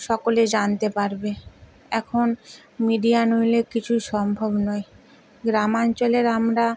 সকলে জানতে পারবে এখন মিডিয়া নইলে কিছু সম্ভব নয় গ্রামাঞ্চলের আমরা